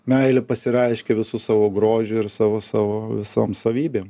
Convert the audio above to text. meilė pasireiškia visu savo grožiu ir savo savo visom savybėm